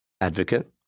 advocate